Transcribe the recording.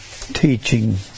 teaching